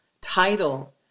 title